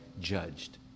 judged